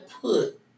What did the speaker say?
put